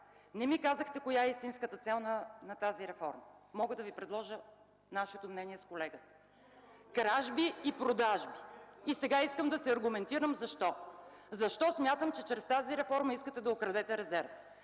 Не ми казахте коя е истинската цел на тази реформа. Мога да Ви предложа и нашето мнение с колегите – кражби и продажби. Искам да се аргументирам защо. Защо смятам, че чрез тази реформа искате да окрадете резерва?